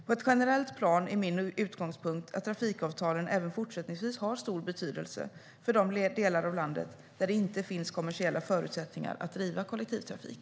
På ett generellt plan är min utgångspunkt att trafikavtalen även fortsättningsvis har stor betydelse för de delar av landet där det inte finns kommersiella förutsättningar att driva kollektivtrafik.